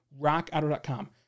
rockauto.com